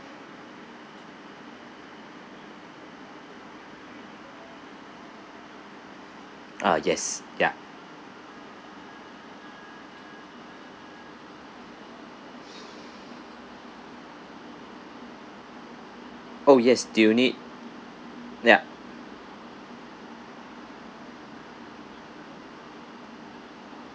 ah yes yup oh yes do you need ya